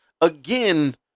again